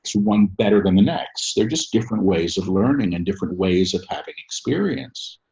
one better than the next. they're just different ways of learning and different ways of having experience.